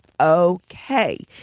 okay